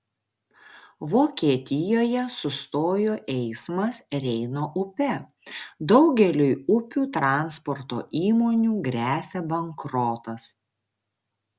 vokietijoje sustojo eismas reino upe daugeliui upių transporto įmonių gresia bankrotas